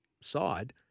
side